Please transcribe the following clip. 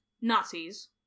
Nazis